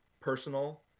personal